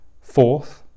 fourth